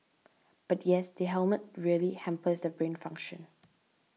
but yes the helmet really hampers the brain function